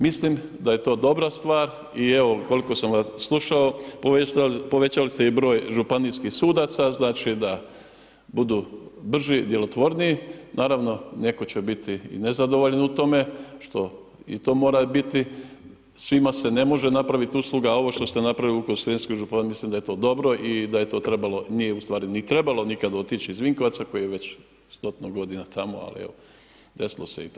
Mislim da je to dobra stvar, i evo, koliko sam vas slušao, povećali ste broj županijskih sudaca, znači da budu brži djelotvorniji, naravno, netko će biti nezadovoljan u tome, što i to mora biti, svima se ne može napraviti usluga, a ovo što ste napravili u Vukovarsko srijemskoj županiji mislim da je to dobro i da je to trebalo, nije u stvari ni trebalo otići iz Vinkovaca, koje je već … godina tamo, ali evo desilo se i to.